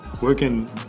working